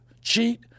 cheat